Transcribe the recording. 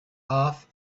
off